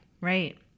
Right